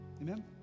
Amen